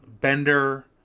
Bender